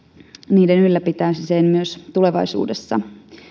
niiden ylläpitämiseen myös tulevaisuudessa